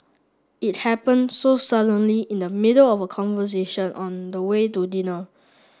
it happened so suddenly in the middle of a conversation on the way to dinner